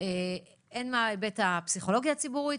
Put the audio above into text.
הן מההיבט הפסיכולוגיה הציבורית,